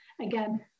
again